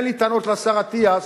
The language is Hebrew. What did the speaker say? ואין לי טענות לשר אטיאס,